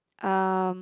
um